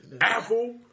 apple